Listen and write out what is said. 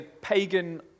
pagan